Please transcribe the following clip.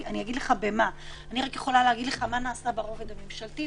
אני אגיד לך במה אני רק יכולה להגיד לך מה נעשה ברובד הממשלתי,